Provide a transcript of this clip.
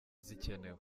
zikenewe